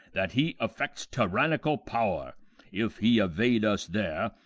that he affects tyrannical power if he evade us there,